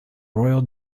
royal